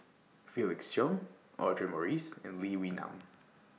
Felix Cheong Audra Morrice and Lee Wee Nam